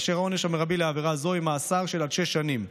והעונש המרבי על עבירה זו יהיה מאסר של שש שנים.